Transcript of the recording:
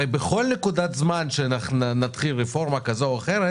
הרי בכל נקודת זמן שנתחיל רפורמה כזו או אחרת